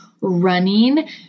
running